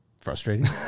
frustrating